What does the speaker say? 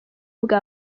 bwa